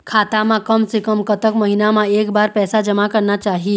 खाता मा कम से कम कतक महीना मा एक बार पैसा जमा करना चाही?